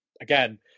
Again